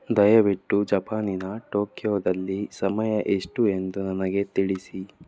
ದಯವಿಟ್ಟು ಜಪಾನಿನ ಟೋಕಿಯೋದಲ್ಲಿ ಸಮಯ ಎಷ್ಟು ಎಂದು ನನಗೆ ತಿಳಿಸಿ